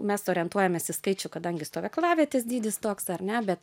mes orientuojamės į skaičių kadangi stovyklavietės dydis toks ar ne bet